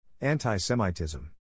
Anti-Semitism